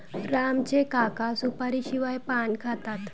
राम चे काका सुपारीशिवाय पान खातात